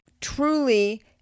truly